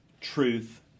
truth